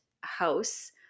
house